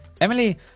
Emily